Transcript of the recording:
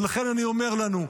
ולכן אני אומר לנו,